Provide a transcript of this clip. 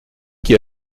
qui